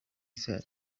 said